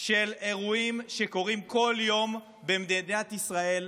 של אירועים שקורים כל יום במדינת ישראל.